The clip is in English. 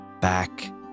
back